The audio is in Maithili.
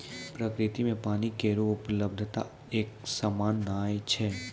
प्रकृति म पानी केरो उपलब्धता एकसमान नै छै